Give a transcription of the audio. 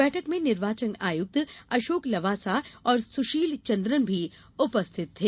बैठक में निर्वाचन आयक्त अशोक लवासा और सुशील चन्द्रन भी उपस्थित थे